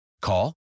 Call